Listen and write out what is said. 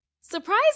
surprise